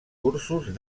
cursos